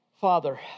Father